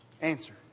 Answer